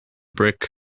brick